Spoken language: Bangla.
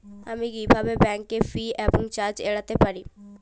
আমি কিভাবে ব্যাঙ্ক ফি এবং চার্জ এড়াতে পারি?